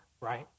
right